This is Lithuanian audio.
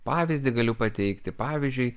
pavyzdį galiu pateikti pavyzdžiui